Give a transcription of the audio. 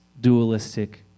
dualistic